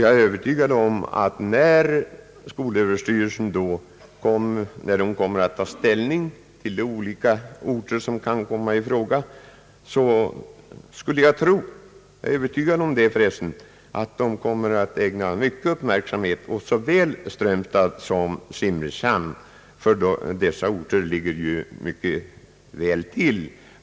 Jag är övertygad om att när skolöverstyrelsen skall ta ställning till vilka orter som kan komma i fråga, kommer man även att ägna stor uppmärksamhet åt såväl Strömstad som Simrishamn, ty dessa orter ligger ju mycket väl till.